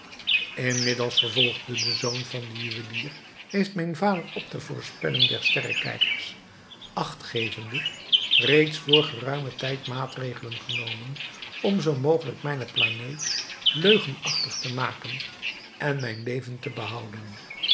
inmiddels vervolgde de zoon van den juwelier heeft mijn vader op de voorspelling der sterrekijkers acht gevende reeds vr geruimen tijd maatregelen genomen om zoo mogelijk mijne planeet leugenachtig te maken en mijn leven te behouden